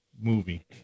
movie